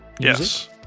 Yes